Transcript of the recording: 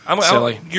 Silly